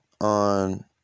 on